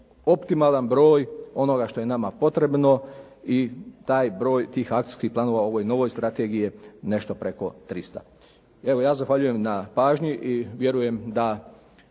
optimalan broj onoga što je nama potrebno i taj broj tih akcijskih planova u ovoj novoj strategiji je nešto preko 300. Evo, ja zahvaljujem na pažnji i vjerujem da